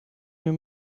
mir